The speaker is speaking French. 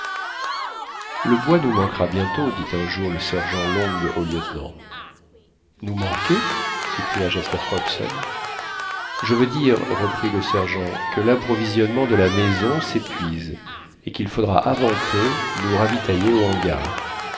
le bois nous manquera bientôt dit un jour le sergent long au lieutenant nous manquer s'écria jasper hobson je veux dire reprit le sergent que l'approvisionnement de la maison s'épuise et qu'il faudra avant peu nous ravitailler au hangar